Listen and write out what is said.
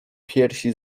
piersi